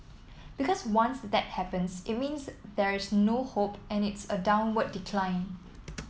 because once that happens it means there is no hope and it's a downward decline